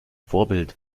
vorbild